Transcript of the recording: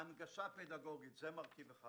הנגשה פדגוגית, זה מרכיב אחד.